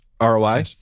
ROI